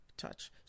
touch